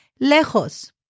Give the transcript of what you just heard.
lejos